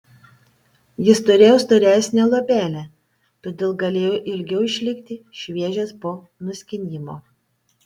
jis turėjo storesnę luobelę todėl galėjo ilgiau išlikti šviežias po nuskynimo